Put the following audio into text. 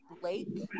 Blake